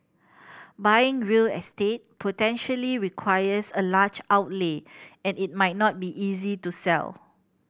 buying real estate potentially requires a large outlay and it might not be easy to sell